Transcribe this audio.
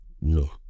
No